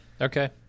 Okay